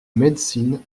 médecine